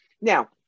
Now